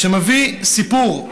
שמביא סיפור,